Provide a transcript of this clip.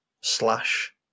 Slash